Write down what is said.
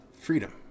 freedom